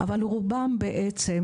אבל רובם בעצם,